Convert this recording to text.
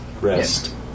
rest